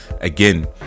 Again